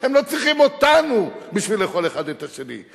הם לא צריכים אותנו בשביל לאכול אחד את השני.